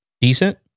Decent